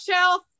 shelf